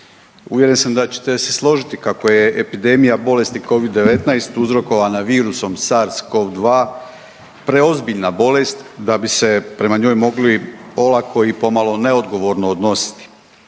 Uvjeren sam da ćete se složiti kako je epidemija bolesti covid-19 uzrokovana virusom SARS CoV-2 preozbiljna bolest da bi se prema njoj mogli olako i pomalo neodgovorno odnositi.